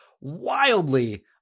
wildly